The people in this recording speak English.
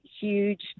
huge